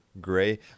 gray